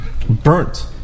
Burnt